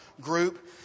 Group